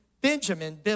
Benjamin